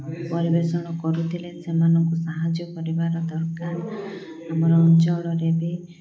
ପରିବେଷଣ କରୁଥିଲେ ସେମାନଙ୍କୁ ସାହାଯ୍ୟ କରିବାର ଦରକାର ଆମର ଅଞ୍ଚଳରେ ବି